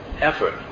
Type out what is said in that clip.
effort